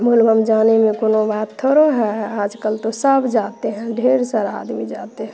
बोल बम जाने में कोनो बात थोड़ो है आज कल तो सब जाते हैं ढेर सारा आदमी जाते हैं